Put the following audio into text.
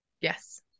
Yes